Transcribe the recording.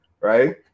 right